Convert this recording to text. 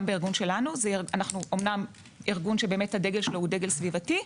אנחנו אמנם ארגון שהדגל שלו הוא סביבתי,